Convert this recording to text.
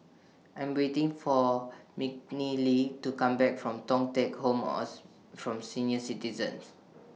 I Am waiting For to Come Back from Thong Teck Home from Senior Citizens